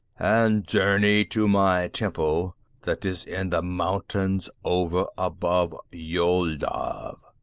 and journey to my temple that is in the mountains over above yoldav,